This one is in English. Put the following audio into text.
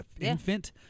infant